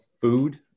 food